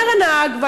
אומר הנהג,